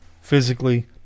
physically